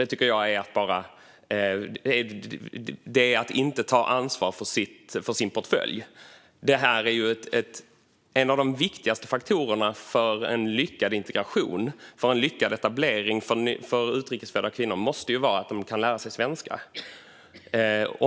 Det är att inte ta ansvar för sin portfölj. En av de viktigaste faktorerna för en lyckad integration och en lyckad etablering för utrikes födda kvinnor måste vara att de kan lära sig svenska.